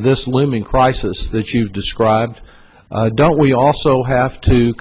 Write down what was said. this looming crisis that you've described don't we also have to